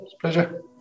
Pleasure